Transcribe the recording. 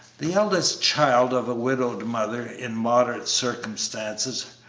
the eldest child of a widowed mother, in moderate circumstances,